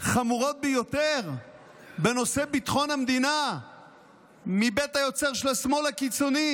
חמורות ביותר בנושא ביטחון המדינה מבית היוצר של השמאל הקיצוני,